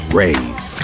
raise